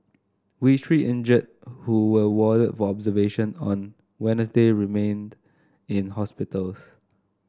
we three injured who were warded for observation on Wednesday remained in hospitals